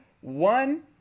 one